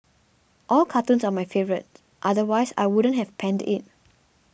all cartoons are my favourite otherwise I wouldn't have penned it